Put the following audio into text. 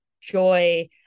joy